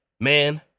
man